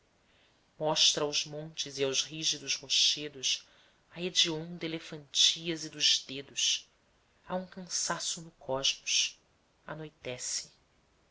mostra aos montes e aos rígidos rochedos a hedionda elefantíase dos dedos há um cansaço no cosmos anoitece